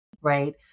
right